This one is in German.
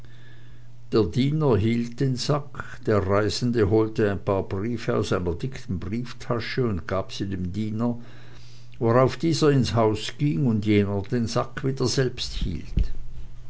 der diener hielt den sack der reisende holte ein paar briefe aus einer dicken brieftasche und gab sie dem diener worauf dieser ins haus ging und jener den sack wieder selbst hielt